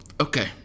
Okay